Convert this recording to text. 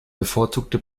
bevorzugte